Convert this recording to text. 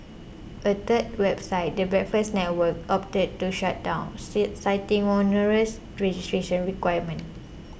but a third website the Breakfast Network opted to shut down citing onerous registration requirements